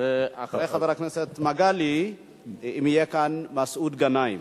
אחרי חבר הכנסת מגלי יהיה כאן מסעוד גנאים.